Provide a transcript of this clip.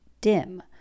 dim